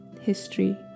History